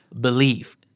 believe